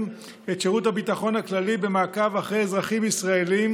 את שירות הביטחון הכללי במעקב אחרי אזרחים ישראלים